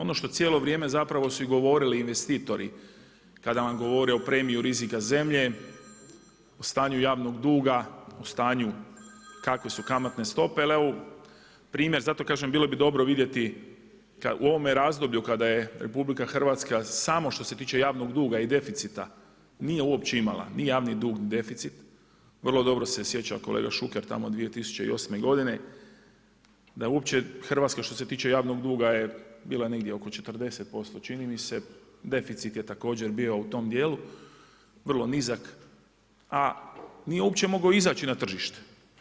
Ono što cijelo vrijeme zapravo su i govorili investitor, kada vam govore o premiju rizika zemlje, o stanju javnog duga, o stanju kakve su kamatne stope, ali evo primjer, zato kažem bilo bi dobro vidjeti u ovome razdoblju kada je RH samo što se tiče javnog duga i deficita, nije uopće imala ni javni dug ni deficit, vrlo dobro se sjeća kolega Šuker tamo 2008. godine, da uopće Hrvatska što se tiče javnog duga je bila negdje od 40%, deficit je također bio u tom djelu vrlo nizak a nije uopće mogao izaći na tržište.